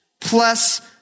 plus